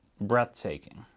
breathtaking